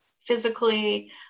physically